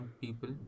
people